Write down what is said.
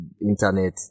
internet